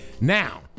Now